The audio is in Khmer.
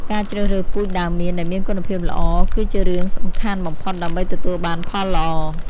ការជ្រើសរើសពូជដើមមៀនដែលមានគុណភាពល្អ គឺជារឿងសំខាន់បំផុតដើម្បីទទួលបានផលល្អ។